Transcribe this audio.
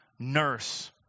Nurse